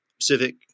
civic